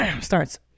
starts